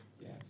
Yes